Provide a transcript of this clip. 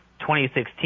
2016 –